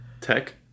Tech